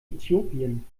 äthiopien